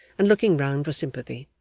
and looking round for sympathy.